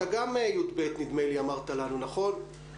אתה גם תלמיד י"ב, נדמה לי אמרת לנו, נכון?